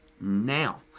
now